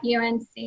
UNC